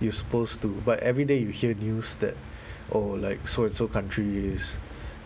you're supposed to but every day you hear news that oh like so and so country is